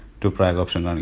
to prague options,